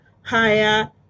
higher